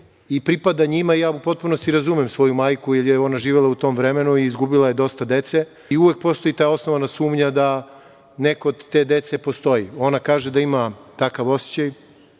i pripada njima i ja u potpunosti razumem svoju majku, jer je ona živela u tom vremena i izgubila je dosta dece i uvek postoji ta osnovana sumnja da neko od te dece postoji. Ona kaže da ima takav osećaj.